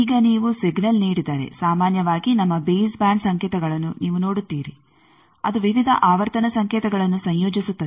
ಈಗ ನೀವು ಸಿಗ್ನಲ್ ನೀಡಿದರೆ ಸಾಮಾನ್ಯವಾಗಿ ನಮ್ಮ ಬೇಸ್ ಬ್ಯಾಂಡ್ ಸಂಕೇತಗಳನ್ನು ನೀವು ನೋಡುತ್ತೀರಿ ಅದು ವಿವಿಧ ಆವರ್ತನ ಸಂಕೇತಗಳನ್ನು ಸಂಯೋಜಿಸುತ್ತದೆ